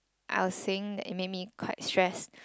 I was saying that it made me quite stress